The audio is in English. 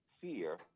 fear—